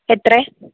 എത്രയാണ്